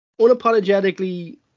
unapologetically